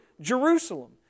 Jerusalem